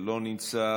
לא נמצא,